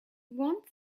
one